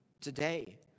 today